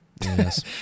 yes